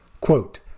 Quote